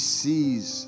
sees